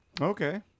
okay